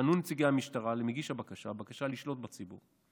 פנו נציגי המשטרה למגיש הבקשה בבקשה לשלוט בציבור.